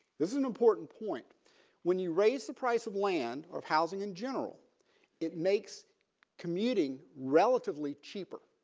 this is an important point when you raise the price of land of housing in general it makes commuting relatively cheaper.